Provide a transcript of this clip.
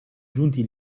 giunti